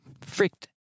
freaked